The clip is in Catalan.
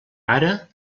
ara